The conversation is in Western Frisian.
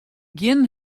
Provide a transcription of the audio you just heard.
gjin